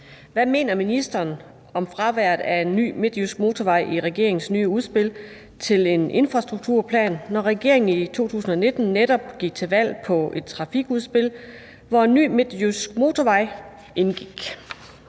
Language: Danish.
Hvad mener ministeren om fraværet af en ny midtjysk motorvej i regeringens nye udspil til en infrastrukturplan, når regeringen i 2019 netop gik til valg på et trafikudspil, hvor en ny midtjysk motorvej indgik?